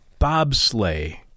bobsleigh